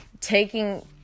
taking